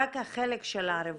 רק החלק של הרווחה,